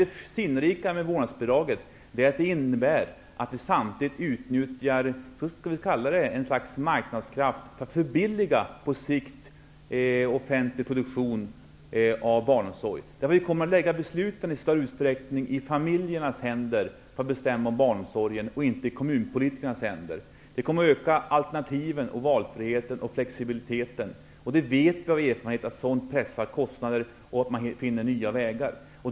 Det sinnrika med vårdnadsbidraget är att det innebär att ett slags marknadskraft samtidigt utnyttjas för att på sikt förbilliga offentlig produktion av barnomsorgen. I större utsträckning kommer besluten att ligga hos familjerna, inte i kommunpolitikernas händer. Härigenom blir det fler alternativ och en ökad valfrihet och flexibilitet. Av erfarenhet vet vi att sådant pressar ner kostnaderna och att man finner nya vägar.